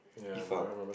Iffah